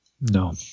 No